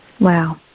Wow